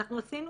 עשינו